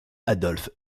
adolphe